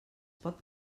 pot